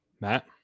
Matt